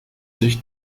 sich